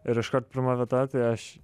ir iškart pirma vieta tai aš